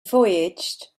voyaged